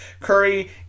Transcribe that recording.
Curry